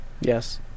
Yes